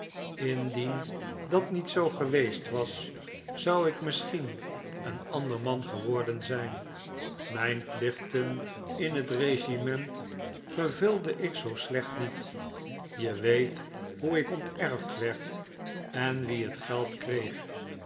indien dat niet zoo geweest was zou ik misschien een ander man geworden zijn mijn plichten in het regiment vervulde ik zoo slecht niet je weet hoe ik onterfd werd en wie het geld kreeg